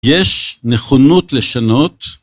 יש נכונות לשנות.